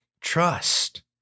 Trust